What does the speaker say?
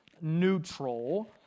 neutral